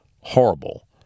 horrible